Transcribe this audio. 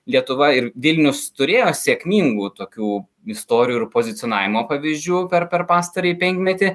lietuva ir vilnius turėjo sėkmingų tokių istorijų ir pozicionavimo pavyzdžių per per pastarąjį penkmetį